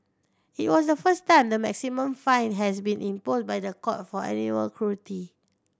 it was the first time the maximum fine has been by the court for animal cruelty